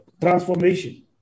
transformation